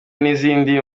n’izindi